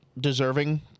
deserving